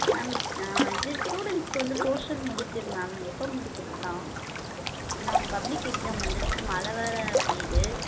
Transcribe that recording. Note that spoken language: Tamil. மேம் நான் இது ஸ்டூடெண்ட்ஸுக்கு வந்து போர்ஷன் முடிக்கணும் மேம் எப்போ முடிக்கலாம் நான் பப்ளிக் எக்ஸாம் வந்துடுச்சு மழை வேறு பெய்யுது